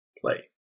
Play